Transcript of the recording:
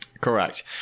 Correct